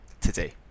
today